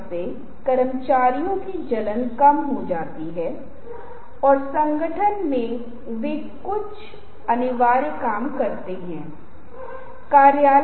इसलिए जैसा कि मैंने आपको बताया है कि डिजाइन के तत्व के रूप में पाठ है जहाँ हम बात कर रहे हैं वहाँ एक टाइपोग्राफिक है